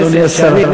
אדוני השר,